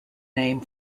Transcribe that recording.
name